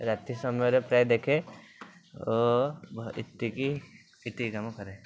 ରାତି ସମୟରେ ପ୍ରାୟେ ଦେଖେ ଓ ଏତିକି ଏତିକି କାମ କରେ